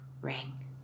ring